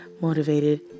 motivated